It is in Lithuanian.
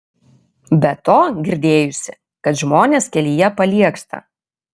be to girdėjusi kad žmonės kelyje paliegsta